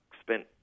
spent